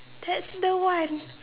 there's no one